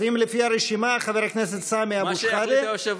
אז אם לפי הרשימה חבר הכנסת סמי אבו שחאדה,